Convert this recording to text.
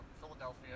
Philadelphia